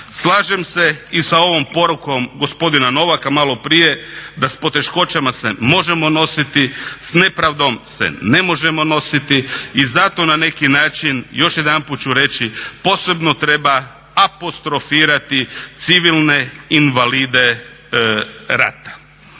Slažem se i sa ovom porukom gospodina Novaka maloprije da s poteškoćama se možemo nositi, s nepravdom se ne možemo nositi i zato na neki način još jedanput ću reći posebno treba apostrofirati civilne invalide rata.